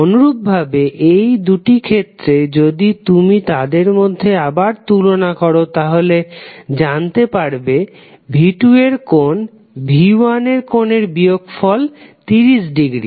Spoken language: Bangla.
অনুরূপ ভাবে এই দুটি ক্ষেত্রে যদি তুমি তাদের মধ্যে আবার তুলনা করো তাহলে জানতে পারবে v2 র কোণ থেকে v1 এর কোণের বিয়োগফল 30 ডিগ্রী